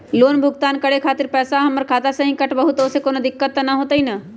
Loan भुगतान करे के खातिर पैसा हमर खाता में से ही काटबहु त ओसे कौनो दिक्कत त न होई न?